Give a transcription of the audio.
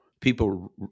people